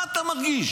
מה אתה מרגיש?